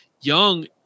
young